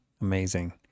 amazing